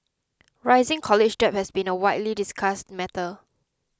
rising college debt has been a widely discussed matter